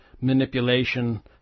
manipulation